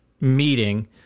meeting